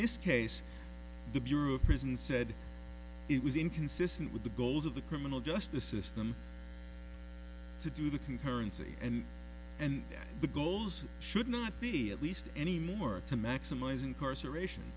this case the bureau of prisons said it was inconsistent with the goals of the criminal justice system to do that you currency and the goals should not be at least anymore to maximize incarceration